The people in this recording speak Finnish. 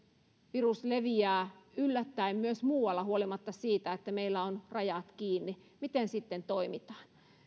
virus leviää yllättäen myös muualla huolimatta siitä että meillä on rajat kiinni miten sitten toimitaan